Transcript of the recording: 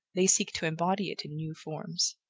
they seek to embody it in new forms.